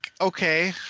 okay